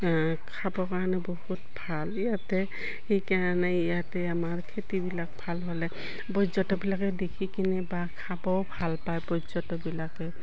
খাবৰ কাৰণে বহুত ভাল ইয়াতে সেইকাৰণে ইয়াতে আমাৰ খেতিবিলাক ভাল হ'লে পৰ্যটবিলাকে দেখি কিনে বা খাবও ভাল পায় পৰ্যটবিলাকে